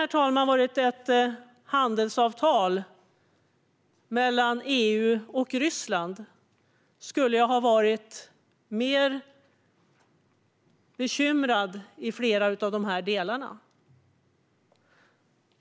Hade detta varit ett handelsavtal mellan EU och Ryssland skulle jag ha varit mer bekymrad i flera delar.